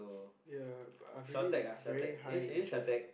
ya I've very very high interest